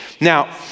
Now